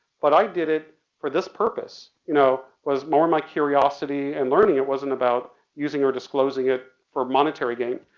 but i did it for this purpose, you know, it was more my curiosity and learning, it wasn't about using or disclosing it for monetary gain.